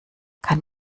kann